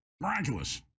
miraculous